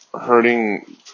hurting